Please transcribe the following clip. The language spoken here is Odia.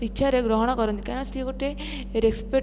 ଇଚ୍ଛାରେ ଗ୍ରହଣ କରନ୍ତି କାରଣ ସିଏ ଗୋଟେ ରେସ୍ପେକ୍ଟ୍